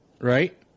right